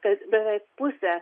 kad beveik pusė